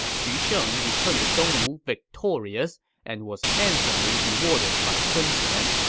xu sheng returned to dongwu victorious and was handsomely rewarded by sun quan.